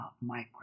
micro